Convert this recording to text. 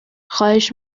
خواهش